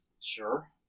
Sure